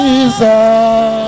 Jesus